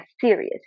serious